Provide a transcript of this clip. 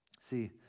See